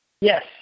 Yes